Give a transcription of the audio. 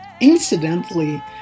Incidentally